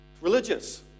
religious